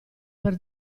per